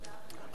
אה, סליחה.